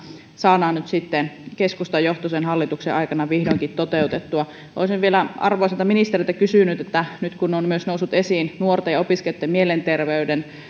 saadaan nyt sitten keskustajohtoisen hallituksen aikana vihdoinkin toteutettua olisin vielä arvoisalta ministeriltä kysynyt että nyt kun on myös noussut esiin nuorten ja opiskelijoitten mielenterveyden